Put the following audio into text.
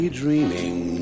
dreaming